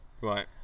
Right